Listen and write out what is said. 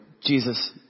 Jesus